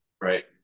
right